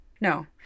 No